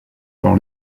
for